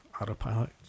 Autopilot